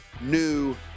new